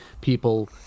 people